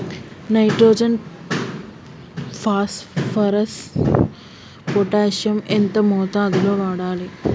Nitrogen phosphorus potassium ఎంత మోతాదు లో వాడాలి?